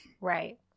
right